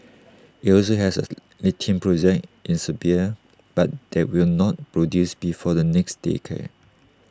IT also has A lithium project in Serbia but that will not produce before the next decade